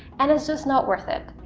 and it's just not worth it,